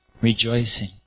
rejoicing